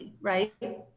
right